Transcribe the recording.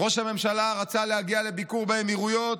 ראש הממשלה רצה להגיע לביקור באמירויות,